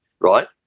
right